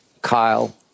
Kyle